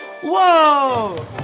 Whoa